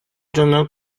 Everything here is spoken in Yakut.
дьоно